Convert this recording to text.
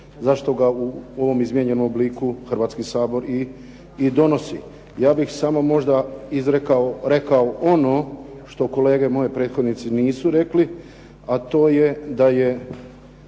zašto ga u ovom izmijenjenom obliku Hrvatski sabor i donosi. Ja bih samo možda rekao ono što kolege moji prethodnici nisu rekli, a to je da za